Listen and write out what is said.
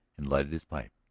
and lighted his pipe.